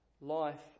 life